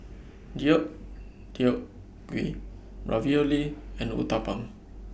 Deodeok Gui Ravioli and Uthapam